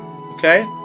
Okay